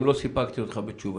אם לא סיפקתי אותך בתשובתי.